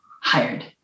hired